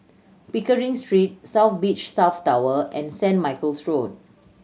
Pickering Street South Beach South Tower and Saint Michael's Road